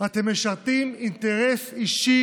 אתם משרתים אינטרס אישי